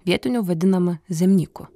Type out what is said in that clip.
vietinių vadinamu zimnyku